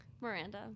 Miranda